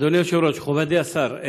אדוני היושב-ראש, מכובדי השר,